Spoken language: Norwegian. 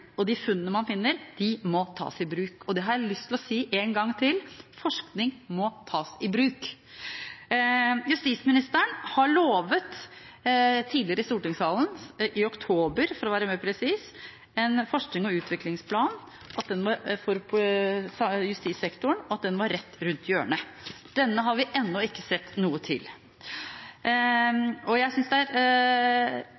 og de funnene man gjør, må tas i bruk. Og det har jeg lyst til å si en gang til: Forskning må tas i bruk. Justisministeren lovet tidligere i stortingssalen – i oktober, for å være mer presis – en forsknings- og utviklingsplan for justissektoren, og at den var rett rundt hjørnet. Denne har vi ennå ikke sett noe til. Spesielt vil jeg